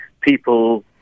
people